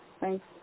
thanks